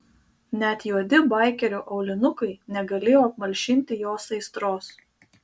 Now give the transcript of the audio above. net juodi baikerio aulinukai negalėjo apmalšinti jos aistros